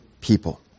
people